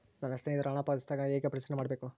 ನನ್ನ ಸ್ನೇಹಿತರು ಹಣ ಪಾವತಿಸಿದಾಗ ಹೆಂಗ ಪರಿಶೇಲನೆ ಮಾಡಬೇಕು?